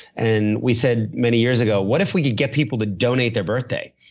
and we said many years ago, what if we could get people to donate their birthday?